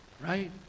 Right